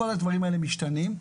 כל הדברים האלה משתנים,